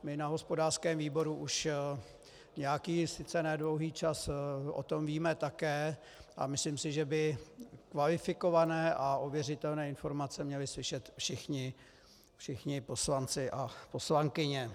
My na hospodářském výboru už nějaký sice ne dlouhý čas o tom víme také, a myslím si, že by kvalifikované a ověřitelné informace měli slyšet všichni poslanci a poslankyně.